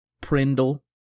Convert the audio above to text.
prindle